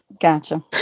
Gotcha